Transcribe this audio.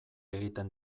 egiten